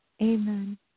Amen